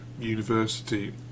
university